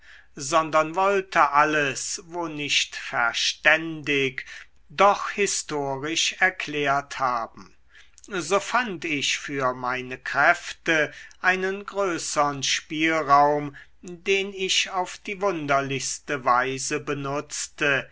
sondern wollte alles wo nicht verständig doch historisch erklärt haben so fand ich für meine kräfte einen größern spielraum den ich auf die wunderlichste weise benutzte